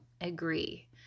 agree